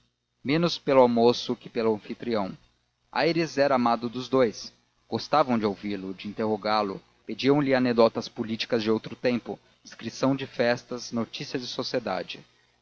menos pelo almoço que pelo anfitrião aires era amado dos dous gostavam de ouvi-lo de interrogá-lo pediam lhe anedotas políticas de outro tempo descrição de festas notícias de sociedade